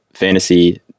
fantasy